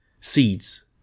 seeds